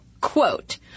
Quote